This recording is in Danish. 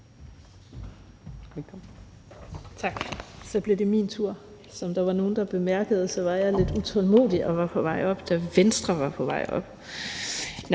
Tak. Så blev det min tur. Som der var nogle, der bemærkede, var jeg er lidt utålmodig og var på vej, da Venstre var på vej herop.